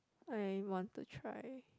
I want to try